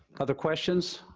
other questions?